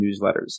newsletters